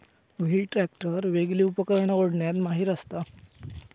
wheel tractor वेगली उपकरणा ओढण्यात माहिर असता